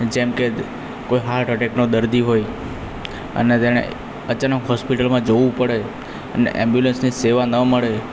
જેમકે કોઈ હાર્ટ અટેકનો દર્દી હોય અને તેને અચાનક હોસ્પિટલમાં જવું પડે અને ઍમ્બ્યુલન્સની સેવા ન મળે